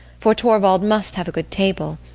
for torvald must have a good table.